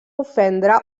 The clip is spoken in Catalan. ofendre